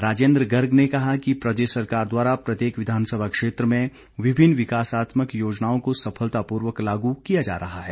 राजेन्द्र गर्ग ने कहा कि प्रदेश सरकार द्वारा प्रत्येक विधानसभा क्षेत्र में विभिन्न विकासात्मक योजनाओं को सफलतापूर्वक लागू किया जा रहा है